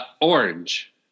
Orange